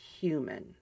human